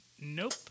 Nope